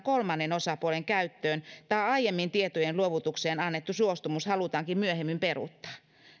kolmannen osapuolen käyttöön tai aiemmin tietojen luovutukseen annettu suostumus halutaankin myöhemmin peruuttaa